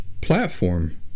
platform